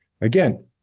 again